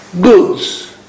goods